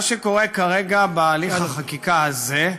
מה שקורה כרגע, בהליך החקיקה הזה,